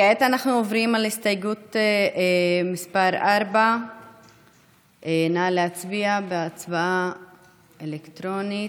כעת אנחנו עוברים להסתייגות מס' 4. נא להצביע בהצבעה אלקטרונית.